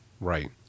right